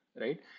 right